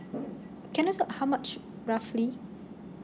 can I just know how much roughly